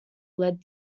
led